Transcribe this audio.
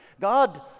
God